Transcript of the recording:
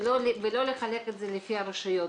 ולא לחלק את זה לפי הרשויות.